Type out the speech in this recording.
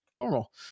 normal